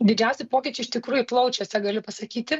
didžiausi pokyčiai iš tikrųjų plaučiuose galiu pasakyti